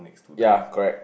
ya correct